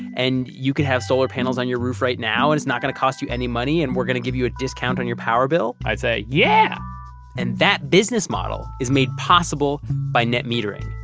and you could have solar panels on your roof right now, and it's not going to cost you any money, and we're going to give you a discount on your power bill? i'd say, yeah and that business model is made possible by net metering,